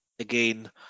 Again